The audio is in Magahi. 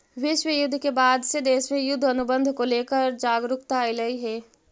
विश्व युद्ध के बाद से देश में युद्ध अनुबंध को लेकर जागरूकता अइलइ हे